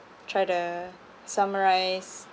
try to summarize